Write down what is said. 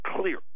clear